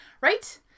Right